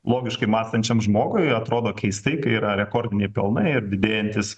logiškai mąstančiam žmogui atrodo keistai kai yra rekordiniai pelnai ir didėjantys